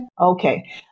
Okay